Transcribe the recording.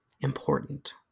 important